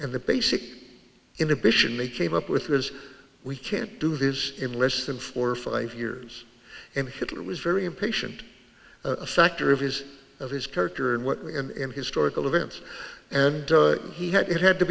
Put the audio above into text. and the basic inhibition they came up with is we can't do this in less than four or five years and hitler was very impatient a factor of his of his character and what we in historical events and he had it had to